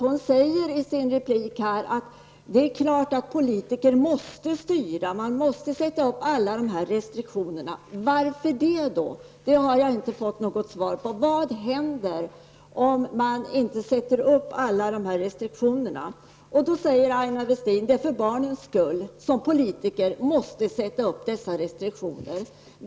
Hon säger i sin replik att det är klart att politiker måste styra, man måste sätta upp alla dessa restriktioner. Varför det? Det har jag inte fått något svar på. Vad händer om man inte sätter upp alla dessa restriktioner? Det är för barnens skull som politiker måste sätta upp dessa restriktioner, säger Aina Westin.